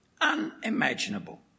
unimaginable